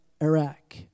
Iraq